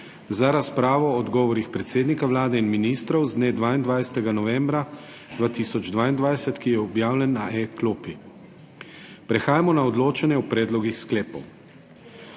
za razpravo o odgovorih predsednika Vlade in ministrov z dne 22. novembra 2022, ki je objavljen na e-klopi. Prehajamo na odločanje o predlogih sklepov.